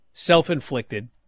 self-inflicted